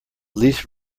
lease